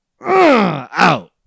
out